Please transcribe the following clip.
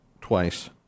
twice